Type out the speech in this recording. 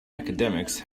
academics